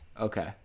Okay